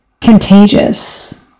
contagious